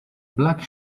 black